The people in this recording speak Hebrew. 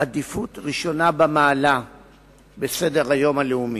עדיפות ראשונה במעלה בסדר-היום הלאומי.